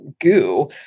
goo